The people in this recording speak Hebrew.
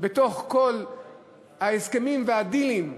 בתוך כל ההסכמים והדילים,